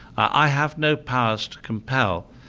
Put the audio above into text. i have no powers to compel,